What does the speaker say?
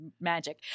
magic